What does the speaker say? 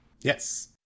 Yes